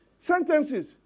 Sentences